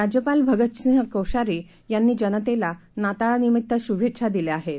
राज्यपालभगतसिंहकोश्यारीयांनीजनतेलानाताळानिमित्तशुभेच्छादिल्याआहेत